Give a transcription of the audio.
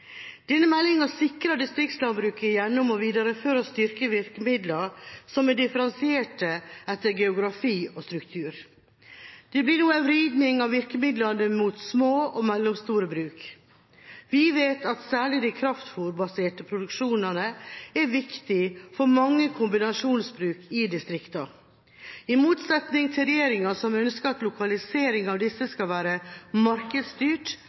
Denne meldinga sikrer distriktslandbruket gjennom å videreføre og styrke virkemidler som er differensiert etter geografi og struktur. Det blir nå en vridning av virkemidlene mot små og mellomstore bruk. Vi vet at særlig de kraftfôrbaserte produksjonene er viktig for mange kombinasjonsbruk i distriktene. I motsetning til regjeringa, som ønsker at lokalisering av disse skal være markedsstyrt,